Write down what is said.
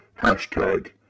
hashtag